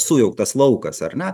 sujauktas laukas ar ne